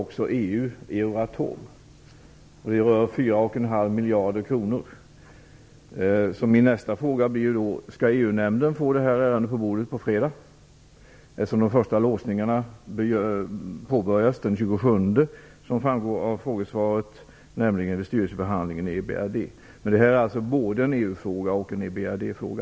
Dessutom handlar det om 4,5 miljarder kronor. Min nästa fråga blir därför: Får EU-nämnden detta ärende på bordet på fredag? De första låsningarna påbörjas den 27 mars, vilket framgår av frågesvaret, vid styrelsebehandlingen i EBRD. Det här är alltså både en EU-fråga och en EBRD-fråga.